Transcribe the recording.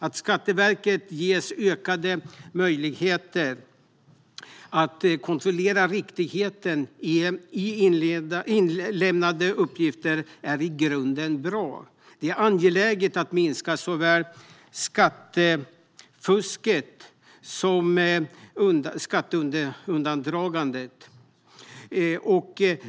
Att Skatteverket ges ökade möjligheter att kontrollera riktigheten i inlämnade uppgifter är i grunden bra. Det är angeläget att minska såväl skattefusket som skatteundandragandet.